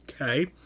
okay